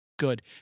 Good